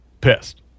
pissed